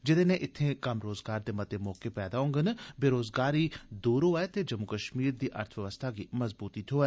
जेहदे नै इत्थें कम्म रोजगार दे मते मौके पैदा होन बेरोजगारी दूर होए ते जम्मू कश्मीर दी अर्थव्यवस्था गी मजबूती थ्होए